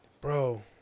Bro